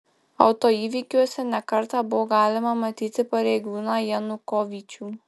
autoįvykiuose ne kartą buvo galima matyti pareigūną janukovyčių